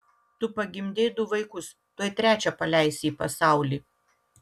tu pagimdei du vaikus tuoj trečią paleisi į pasaulį